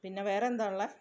പിന്നെ വേറെന്താ ഒള്ളെ